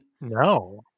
No